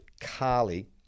Carly